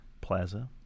plaza